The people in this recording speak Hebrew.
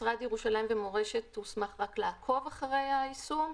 משרד ירושלים ומורשת הוסמך רק לעקוב אחרי היישום,